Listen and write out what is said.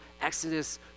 Exodus